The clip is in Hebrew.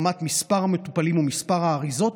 ברמת מספר המטופלים ומספר האריזות,